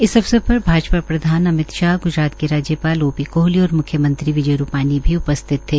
इस अवसर पर भाजपा प्रधान अमित शाह ग्जरात के राज्यपाल ओ पी कोहली और म्ख्यमंत्री विजै रूपाणी भी उपस्थित थे